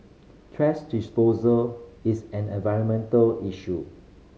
thrash disposal is an environmental issue